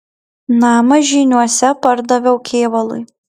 namą žyniuose pardaviau kėvalui